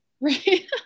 Right